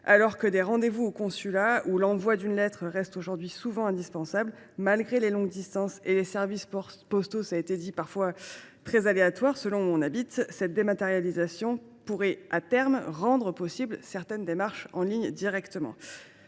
Alors que les rendez vous au consulat où l’envoi d’une lettre restent aujourd’hui souvent indispensables, malgré les longues distances et des services postaux aléatoires dans certaines régions du monde, cette dématérialisation pourrait à terme rendre possibles certaines démarches en ligne directement.